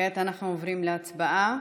כעת אנחנו עוברים להצבעה.